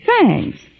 Thanks